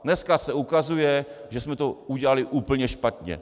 Dneska se ukazuje, že jsme to udělali úplně špatně.